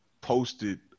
posted